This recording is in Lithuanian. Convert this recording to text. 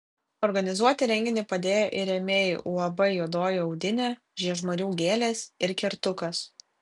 organizuoti renginį padėjo ir rėmėjai uab juodoji audinė žiežmarių gėlės ir kertukas